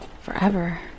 forever